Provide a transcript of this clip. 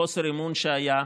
חוסר אמון שהיה,